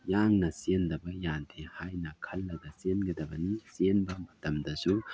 ꯌꯥꯡꯅ ꯆꯦꯟꯗꯕ ꯌꯥꯗꯦ ꯍꯥꯏꯅ ꯈꯜꯂꯒ ꯆꯦꯟꯒꯗꯕꯅꯤ ꯆꯦꯟꯕ ꯃꯇꯝꯗꯁꯨ